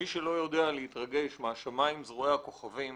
מי שלא יודע להתרגש מהשמיים זרועי הכוכבים